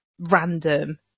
random